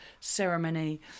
ceremony